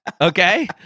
Okay